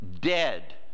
dead